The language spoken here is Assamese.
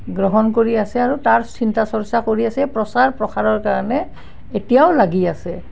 গ্ৰহণ কৰি আছে আৰু তাৰ চিন্তা চৰ্চা কৰি আছে প্ৰচাৰ প্ৰসাৰৰ কাৰণে এতিয়াও লাগি আছে